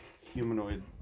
humanoid